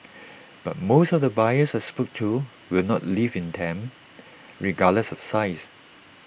but most of the buyers I spoke to will not live in them regardless of size